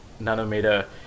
nanometer